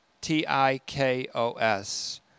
T-I-K-O-S